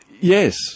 yes